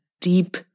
deep